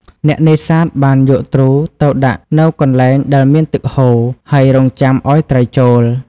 អ្នកនេសាទបានយកទ្រូទៅដាក់នៅកន្លែងដែលមានទឹកហូរ ហើយរង់ចាំឲ្យត្រីចូល។